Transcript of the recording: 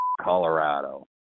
Colorado